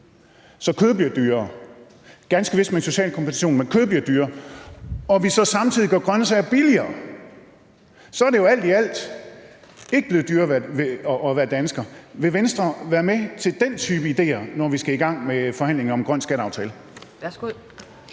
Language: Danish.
så kød bliver dyrere – ganske vist med social kompensation – og vi så samtidig gør grøntsager billigere, og så er det jo alt i alt ikke blevet dyrere at være dansker, vil Venstre så være med til den type idéer, når vi skal i gang med forhandlinger om en grøn skatteaftale?